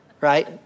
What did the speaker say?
right